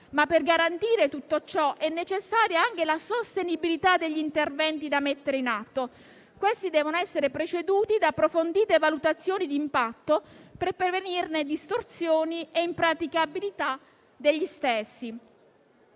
Per garantire tutto ciò è necessaria anche la sostenibilità degli interventi da mettere in atto. Questi devono essere preceduti da approfondite valutazioni di impatto per prevenire distorsioni e impraticabilità degli stessi: